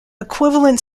equivalent